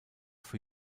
für